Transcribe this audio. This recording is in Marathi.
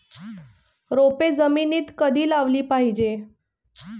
रोपे जमिनीत कधी लावली पाहिजे?